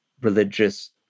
religious